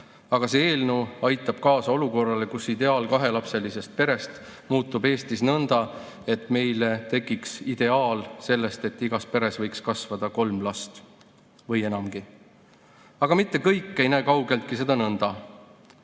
Aga see eelnõu aitab kaasa olukorrale, kus ideaal kahelapselisest perest muutub Eestis nõnda, et meile tekiks ideaal sellest, et igas peres võiks kasvada kolm last või enamgi. Aga mitte kõik ei näe kaugeltki seda nõnda.